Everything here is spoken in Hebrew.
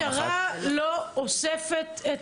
המשטרה לא אוספת את